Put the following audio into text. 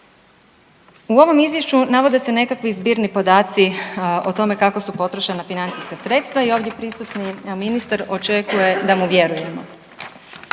U ovom izvješću navode se nekakvi zbirni podaci o tome kako su potrošena financijska sredstva i ovdje prisutni ministar očekuje da mu vjerujemo.